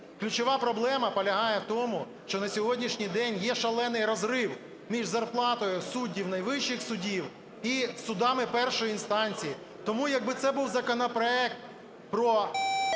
Ключова проблема полягає в тому, що на сьогоднішній день є шалений розрив між зарплатою суддів найвищих судів і судами першої інстанції. Тому якби це був законопроект про